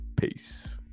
peace